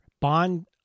Bond